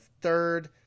third